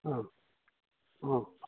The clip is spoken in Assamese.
অঁ অঁ